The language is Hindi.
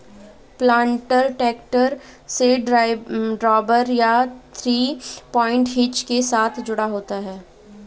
प्लांटर ट्रैक्टर से ड्रॉबार या थ्री पॉइंट हिच के साथ जुड़ा होता है